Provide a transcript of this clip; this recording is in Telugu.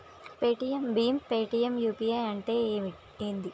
పేటిఎమ్ భీమ్ పేటిఎమ్ యూ.పీ.ఐ అంటే ఏంది?